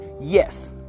yes